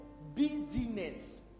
Busyness